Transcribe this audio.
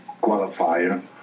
qualifier